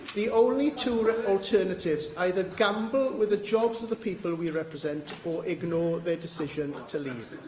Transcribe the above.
the only two alternatives either gamble with the jobs of the people we represent or ignore their decision to leave.